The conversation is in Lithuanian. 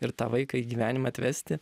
ir tą vaiką į gyvenimą atvesti